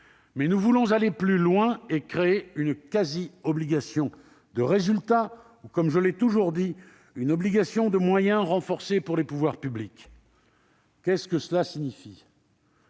mais nous voulons aller plus loin et créer une quasi-obligation de résultat ou, comme je l'ai toujours dit, une obligation de moyens renforcée pour les pouvoirs publics. Cela signifie